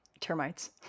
Termites